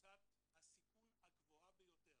בקבוצת הסיכון הגבוהה ביותר,